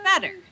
better